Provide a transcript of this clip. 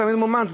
אתה מאומץ,